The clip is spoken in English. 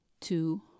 two